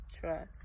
trust